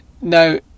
Now